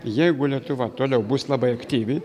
jeigu lietuva toliau bus labai aktyvi